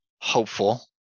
hopeful